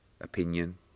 opinion